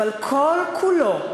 אבל כל-כולו,